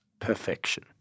perfection